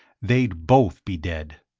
they'd both be dead!